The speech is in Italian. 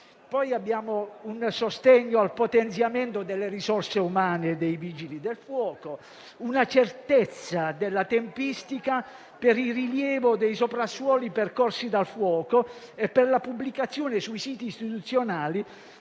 previsti un sostegno al potenziamento delle risorse umane dei Vigili del fuoco e una certezza della tempistica per il rilievo dei soprassuoli percorsi dal fuoco e per la pubblicazione sui siti istituzionali